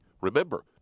Remember